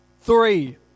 three